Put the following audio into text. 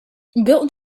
built